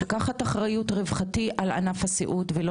לקחת אחריות רווחתי על ענף הסיעוד ולא